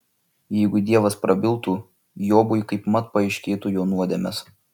jeigu dievas prabiltų jobui kaipmat paaiškėtų jo nuodėmės